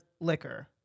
liquor